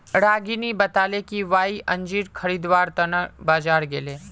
रागिनी बताले कि वई अंजीर खरीदवार त न बाजार गेले